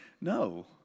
no